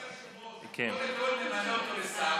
אדוני היושב-ראש, קודם כול נמנה אותו לשר.